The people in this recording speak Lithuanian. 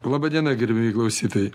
laba diena gerbiami klausytojai